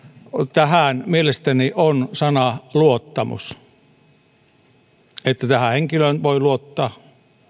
tähän mielestäni on luottamus se että tähän henkilöön voi luottaa